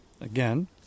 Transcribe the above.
again